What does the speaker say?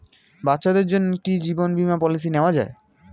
বাচ্চাদের জন্য কি জীবন বীমা পলিসি নেওয়া যায়?